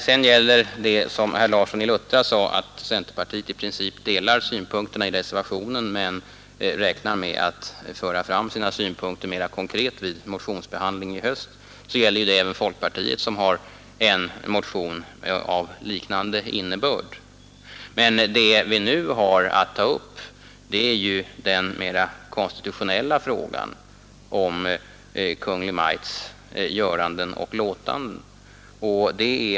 Herr Larsson i Luttra sade att centerpartiet i princip ansluter sig till synpunkterna i reservationen men räknar med att föra fram sina synpunkter mera konkret vid motionsbehandlingen i höst. Det gäller ju även folkpartiet, som har en motion av liknande innebörd. Men det vi nu har att ta upp är ju den konstitutionella frågan om Kungl. Maj:ts göranden och låtanden.